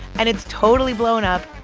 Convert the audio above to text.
and it's totally blown up.